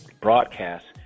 broadcast